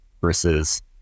versus